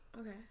Okay